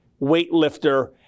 weightlifter